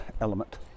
element